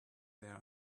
there